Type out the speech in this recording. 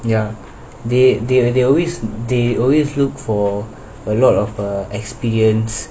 ya they they they always they always look for a lot of err experience